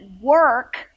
work